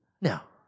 Now